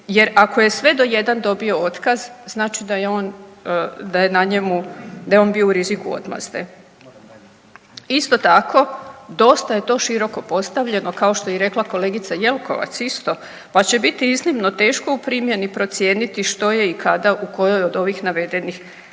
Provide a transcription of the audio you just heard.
jer ako je sve do jedan dobio otkaz znači da je on bio u riziku odmazde. Isto tako dosta je to širok postavljeno kao što je i rekla kolegica Jelkovac isto, pa će iznimno teško u primjeni procijeniti što je i kada u kojoj od ovih navedenih